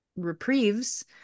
Reprieves